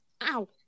ow